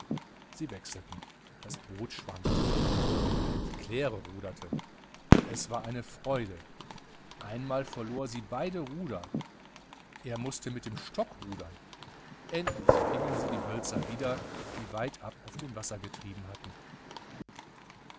sie wechselten das boot schwankte die claire ruderte es war eine freude einmal verlor sie beide ruder er mußte mit dem stock rudern endlich fingen sie die hölzer wieder die weitab auf dem wasser getrieben hatten